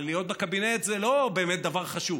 להיות בקבינט זה לא באמת דבר חשוב,